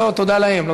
לא, תודה להם.